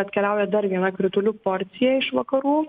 atkeliauja dar viena kritulių porcija iš vakarų